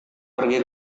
pergi